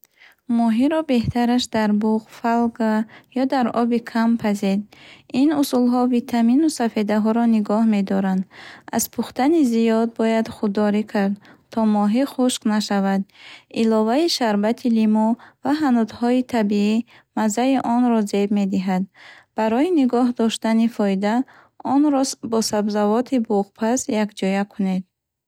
Моҳиро беҳтараш дар буғ, фолга ё дар оби кам пазед. Ин усулҳо витамину сафедаҳоро нигоҳ медоранд. Аз пухтани зиёд бояд худдорӣ кард, то моҳӣ хушк нашавад. Иловаи шарбати лимӯ ва ҳанутҳои табиӣ маззаи онро зеб медиҳад. Барои нигоҳ доштани фоида, онрос бо сабзавоти буғпаз якҷо кунед.